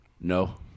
no